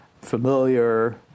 familiar